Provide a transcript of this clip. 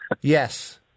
Yes